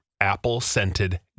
apple-scented